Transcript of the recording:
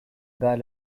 bas